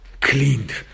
cleaned